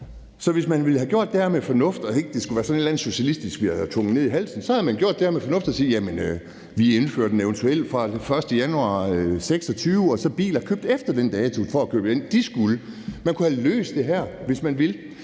Så hvis man ville have gjort det her med fornuft og det ikke skulle være sådan et eller andet socialistisk, vi blev tvunget ned i halsen, så havde man gjort det her med fornuft og sagt: Vi indfører den eventuelt fra 1. januar 2026, og så skulle det i forbindelse med indkøb gælde biler købt efter den dato. Man kunne have løst det her, hvis man ville.